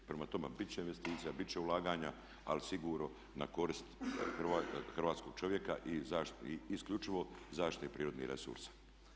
Prema tome, biti će investicija, biti će ulaganja ali sigurno na korist hrvatskog čovjeka i isključivo zaštite prirodnih resursa.